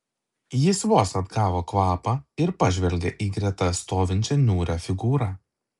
jis vos atgavo kvapą ir pažvelgė į greta stovinčią niūrią figūrą